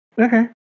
Okay